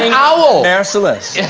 our celeste